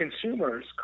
consumers